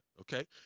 okay